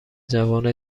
جوان